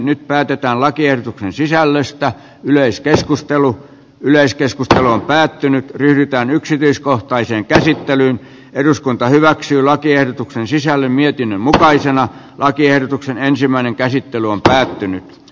nyt päätetään lakiehdotuksen sisällöstä yleiskeskustelun yleiskeskustelu on päättynyt pyritään yksityiskohtaiseen käsittelyyn eduskunta hyväksyi lakiehdotuksen sisällä mietin mutkaisen lakiehdotuksen ensimmäinen käsittely on päättynyt